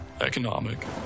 economic